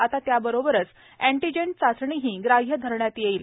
आता त्याबरोबरच न्टीजेन चाचणीही ग्राह्य धरण्यात येईल